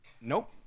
nope